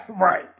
right